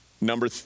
Number